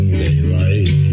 daylight